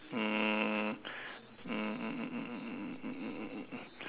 um um um um um um um um um um